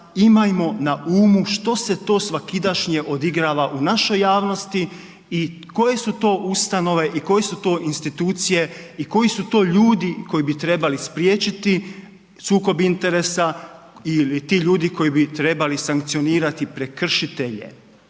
imajmo na umu što se to svakidašnje odigrava u našoj javnosti i koje su to ustanove i koje su to institucije i koju su to ljudi koji bi trebali spriječiti sukob interesa ili ti ljudi koji bi trebali sankcionirati prekršitelje.